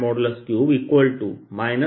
3 1